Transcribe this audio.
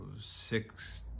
six